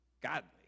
godly